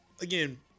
again